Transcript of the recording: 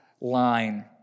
line